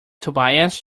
tobias